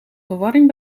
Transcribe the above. verwarring